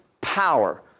power